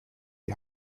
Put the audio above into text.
die